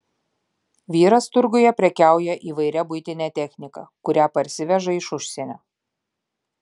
vyras turguje prekiauja įvairia buitine technika kurią parsiveža iš užsienio